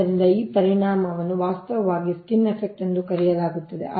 ಆದ್ದರಿಂದ ಈ ಪರಿಣಾಮವನ್ನು ವಾಸ್ತವವಾಗಿ ಸ್ಕಿನ್ ಎಫೆಕ್ಟ್ ಎಂದು ಕರೆಯಲಾಗುತ್ತದೆ